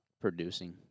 producing